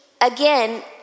again